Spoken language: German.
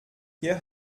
hier